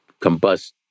combust